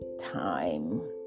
time